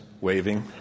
waving